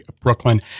Brooklyn